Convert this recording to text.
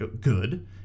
good